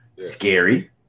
scary